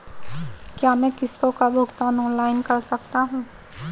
क्या मैं किश्तों का भुगतान ऑनलाइन कर सकता हूँ?